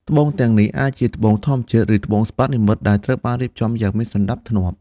ត្បូងទាំងនេះអាចជាត្បូងធម្មជាតិ ឬត្បូងសិប្បនិម្មិត ដែលត្រូវបានរៀបចំយ៉ាងមានសណ្តាប់ធ្នាប់។